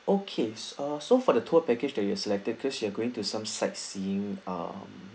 okays ah so for the tour package that you were selected because you are going to some sightseeing ah